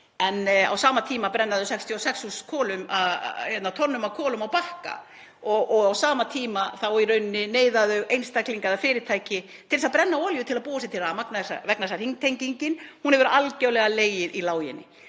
En á sama tíma brenna þau 66 tonnum af kolum á Bakka og á sama tíma neyða þau einstaklinga eða fyrirtæki til að brenna olíu til að búa sér til rafmagn vegna þess að hringtengingin hefur algjörlega legið í láginni.